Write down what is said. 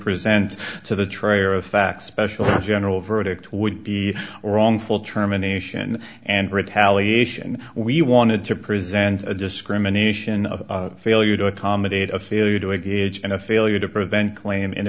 present to the trier of fact special general verdict would be or wrongful termination and retaliation we wanted to present a discrimination of failure to accommodate a failure to engage in a failure to prevent claim in